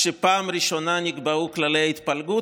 שבה בפעם הראשונה נקבעו כללי ההתפלגות